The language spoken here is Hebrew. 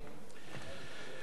ברשות יושב-ראש הישיבה,